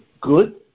good